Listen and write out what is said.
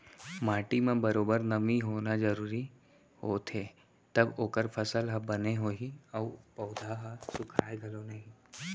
माटी म बरोबर नमी होना जरूरी होथे तव ओकर फसल ह बने होही अउ ओ पउधा ह सुखाय घलौ नई